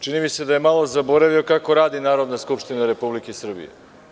Čini mi se da je malo zaboravio kako radi Narodna skupština Republike Srbije.